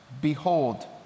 Behold